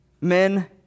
Men